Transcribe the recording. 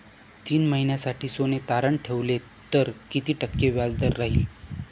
तीन महिन्यासाठी सोने तारण ठेवले तर किती टक्के व्याजदर राहिल?